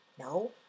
No